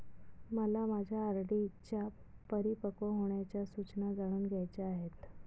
मला माझ्या आर.डी च्या परिपक्व होण्याच्या सूचना जाणून घ्यायच्या आहेत